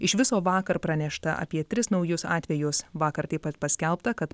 iš viso vakar pranešta apie tris naujus atvejus vakar taip pat paskelbta kad